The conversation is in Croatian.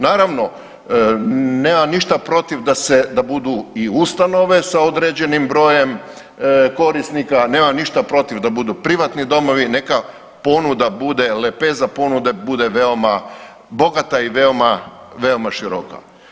Naravno nemam ništa protiv da budu i ustanove sa određenim brojem korisnika, nemam ništa protiv da budu privatni domovi, neka ponuda bude, lepeza ponude bude veoma bogata i veoma široka.